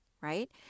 right